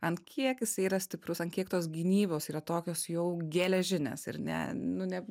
ant kiek jisai yra stiprus ant kiek tos gynybos yra tokios jau geležinės ir ne nu ne